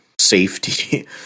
safety